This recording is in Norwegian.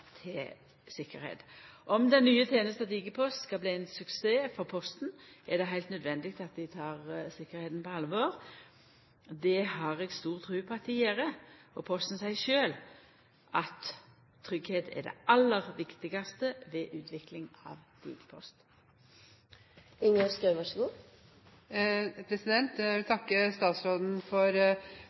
til tryggleik. Om den nye tenesta Digipost skal bli ein suksess for Posten, er det heilt nødvendig at dei tek tryggleiken på alvor. Det har eg stor tru på at dei gjer, og Posten seier sjølv at tryggleik er det aller viktigaste ved utvikling av Digipost. Jeg vil takke statsråden for svaret og kort knytte noen kommentarer til det som statsråden